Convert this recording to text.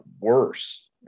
worse